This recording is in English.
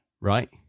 right